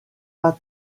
pas